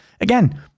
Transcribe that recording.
again